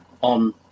on